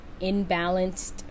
imbalanced